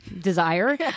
desire